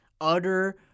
Utter